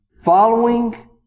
Following